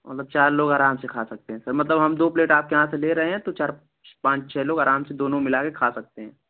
मतलब चार लोग आराम से खा सकते हैं सर मतलब हम दो प्लेट आपके यहाँ से ले रहे हैं तो चार पाँच छ लोग आराम से दोनों में मिलाके खा सकते हैं